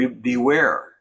beware